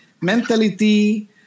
mentality